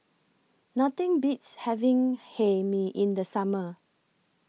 Nothing Beats having Hae Mee in The Summer